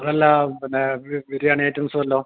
അതല്ല പിന്നെ ബിരിയാണി ഐറ്റംസ് വല്ലതും